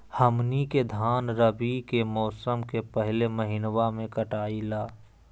हमनी के धान रवि के मौसम के पहले महिनवा में कटाई ला